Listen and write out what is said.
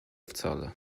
wcale